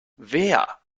wer